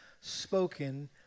spoken